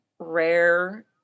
rare